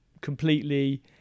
Completely